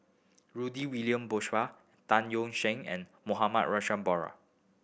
Rudy William Mosbergen Tan Yeok Seong and Mohamed Rozani